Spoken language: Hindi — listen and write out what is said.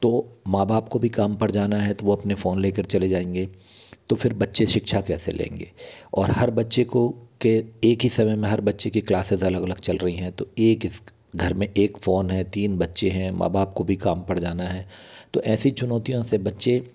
तो माँ बाप को भी काम पर जाना है तो वो अपने फ़ोन ले कर चले जाएंगे तो फिर बच्चे शिक्षा कैसे लेंगे और हर बच्चे को के एक ही समय में हर बच्चे की क्लासेस अलग अलग चल रहीं हैं तो एक इस घर में एक फ़ोन है तीन बच्चे हैं माँ बाप को भी काम पर जाना है तो ऐसी चुनौतियों से बच्चे